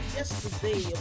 yesterday